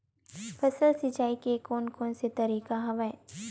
फसल सिंचाई के कोन कोन से तरीका हवय?